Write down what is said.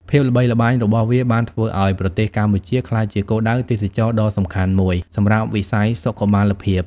ភាពល្បីល្បាញរបស់វាបានធ្វើឱ្យប្រទេសកម្ពុជាក្លាយជាគោលដៅទេសចរណ៍ដ៏សំខាន់មួយសម្រាប់វិស័យសុខុមាលភាព។